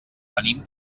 venim